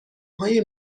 های